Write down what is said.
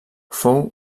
fou